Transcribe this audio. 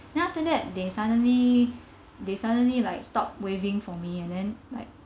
then after that they suddenly they suddenly like stopped waiving for me and then like